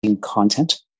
content